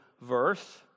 verse